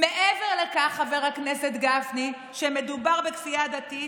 מעבר לכך, חבר הכנסת גפני, שמדובר בכפייה דתית,